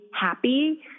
happy